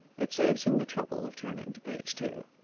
it saves him the trouble of turning to page two.